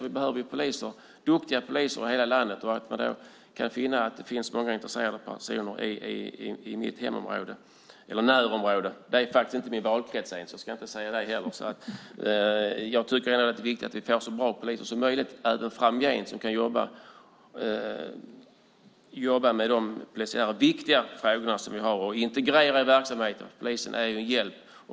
Vi behöver duktiga poliser i hela landet. Det kan finnas många intresserade personer i mitt närområde. Det handlar faktiskt inte ens om min valkrets. Jag tycker att det är viktigt att vi får så bra poliser som möjligt även framgent som jobbar med de viktiga polisiära frågor vi har. Verksamheten vid polisen är en hjälp.